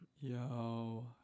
yo